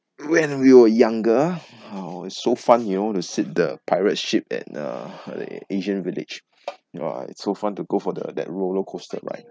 when we were younger how it's so fun you know to sit the pirate ship at uh uh asian village yeah it's so fun to go for the that roller coaster ride